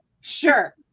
sure